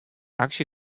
aksje